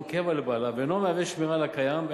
קבע לבעליו ואינו מהווה שמירה על הקיים,